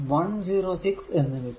106 എന്ന് കിട്ടും